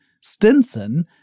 Stinson